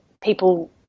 people